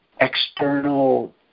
external